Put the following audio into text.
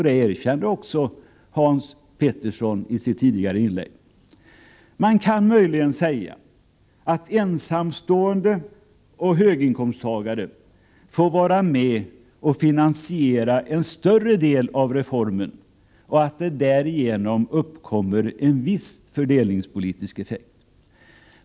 Det erkände också Hans Petersson i sitt inlägg. Man kan möjligen säga att ensamstående och höginkomsttagare får vara med och finansiera en större del av reformen, så att det därigenom uppkommer en viss fördelningspolitisk effekt.